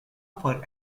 for